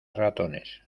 ratones